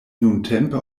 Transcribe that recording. nuntempe